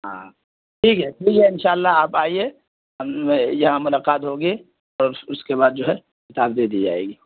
ہاں ٹھیک ہے ٹھیک ہے ان شاء اللہ آپ آئیے یہاں ملاقات ہوگی اور اس اس کے بعد جو ہے کتاب دے دی جائے گی